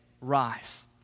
rise